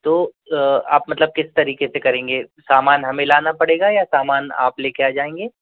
तो आप मतलब किस तरीक़े से करेंगे सामान हमें लाना पड़ेगा या समान आप लेके आ जाएंगे